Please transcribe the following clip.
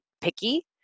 picky